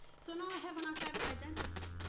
so, now, i have an archival identity.